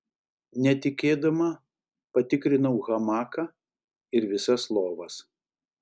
netikėdama patikrinau hamaką ir visas lovas